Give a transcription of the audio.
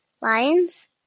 lions